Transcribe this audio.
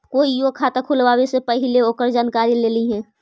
कोईओ खाता खुलवावे से पहिले ओकर जानकारी ले लिहें